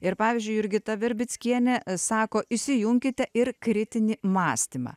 ir pavyzdžiui jurgita verbickienė sako įsijunkite ir kritinį mąstymą